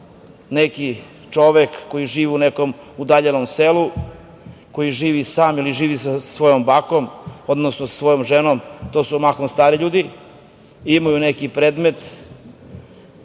neki čovek koji živi u nekom udaljenom selu, koji živi sam ili živi sa svojom bakom, odnosno sa svojom ženom, to su mahom stari ljudi, imaju neki predmet,